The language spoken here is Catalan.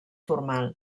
formal